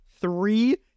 three